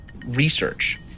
research